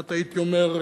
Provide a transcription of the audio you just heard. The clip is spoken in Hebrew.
כמעט הייתי אומר,